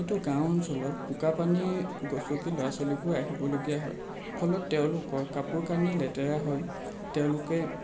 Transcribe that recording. কিন্তু গাঁও অঞ্চলত বোকা পানী গচকি ল'ৰা ছোৱালীবোৰ আহিবলগীয়া হয় ফলত তেওঁলোকৰ কাপোৰ কানি লেতেৰা হয় তেওঁলোকে